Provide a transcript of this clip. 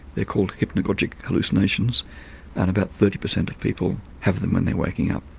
they're called hypnagogic hallucinations and about thirty percent of people have them when they're waking up.